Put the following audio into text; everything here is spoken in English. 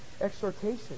exhortation